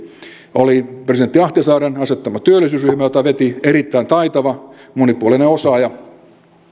oli presidentti ahtisaaren asettama työllisyysryhmä jota veti erittäin taitava monipuolinen osaaja